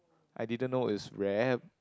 I didn't know it was rare